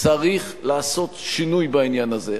צריך לעשות שינוי בעניין הזה.